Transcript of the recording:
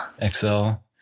Excel